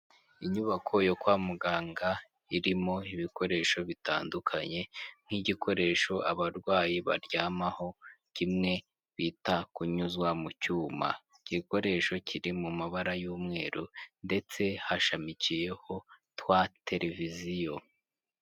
Inyubako yo kwa muganga irimo ibikoresho bitandukanye nk'igikoresho abarwayi baryamaho kimwe bita kunyuzwa mu cyuma, igikoresho kiri mu mabara y'umweru ndetse hashamikiyeho twa televiziyo.